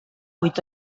vuit